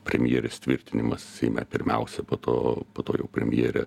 premjerės tvirtinimas seime pirmiausia po to po to jau premjerė